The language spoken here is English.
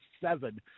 seven